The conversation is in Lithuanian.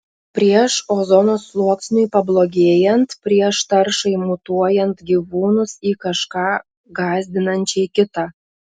prieš ozono sluoksniui pablogėjant prieš taršai mutuojant gyvūnus į kažką gąsdinančiai kitą